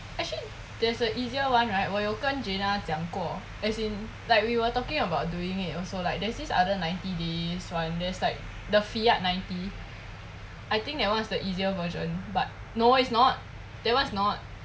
actually there's a easier one right 我有跟 gina 讲过 as in like we were talking about doing it also like there's this other ninety days one like the fiat ninety I think that one is the easier version but no it's not that one is not